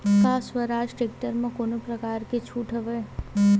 का स्वराज टेक्टर म कोनो प्रकार के छूट हवय?